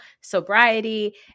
sobriety